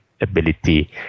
ability